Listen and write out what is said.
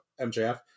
MJF